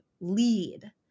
lead